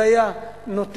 זה היה נותן.